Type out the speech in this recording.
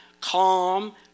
calm